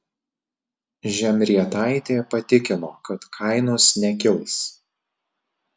žemrietaitė patikino kad kainos nekils